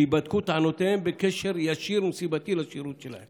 שייבדקו טענותיהם בקשר ישיר ונסיבתי לשירות שלהם.